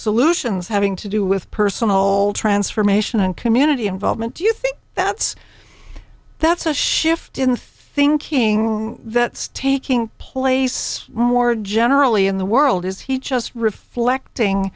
solutions having to do with personal transformation and community involvement do you think that's that's a shift in thinking that staking place more generally in the world is he just reflecting